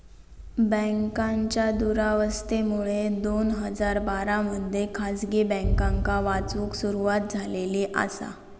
बँकांच्या दुरावस्थेमुळे दोन हजार बारा मध्ये खासगी बँकांका वाचवूक सुरवात झालेली आसा